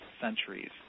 centuries